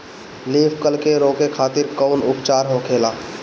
Leaf curl के रोके खातिर कउन उपचार होखेला?